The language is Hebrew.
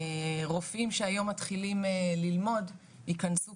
רופאים שהיום מתחילים ללמוד ייכנסו